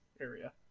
area